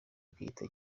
bwite